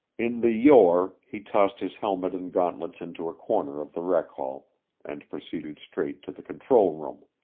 in the yore, he tossed his helmet and gauntlets into a corner of the rec-hall and proceeded straight to the control room.